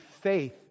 faith